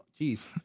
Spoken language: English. Jeez